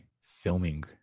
filming